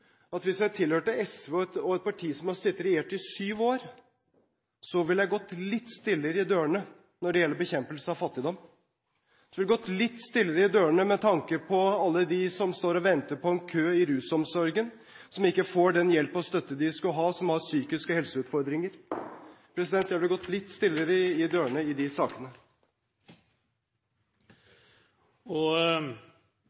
at hvis jeg tilhørte SV og et parti som har sittet og regjert i syv år, ville jeg gått litt stillere i dørene når det gjelder bekjempelse av fattigdom. Så ville jeg gått litt stillere i dørene med tanke på alle dem som står og venter i en kø i rusomsorgen, og alle dem som har psykiske helseutfordringer og ikke får den hjelp og støtte som de skulle ha. Jeg ville gått litt stillere i dørene i de sakene.